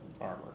armor